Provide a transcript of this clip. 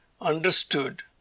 understood